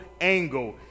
angle